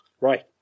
Right